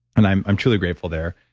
and i'm i'm truly grateful there.